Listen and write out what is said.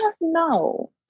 no